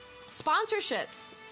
sponsorships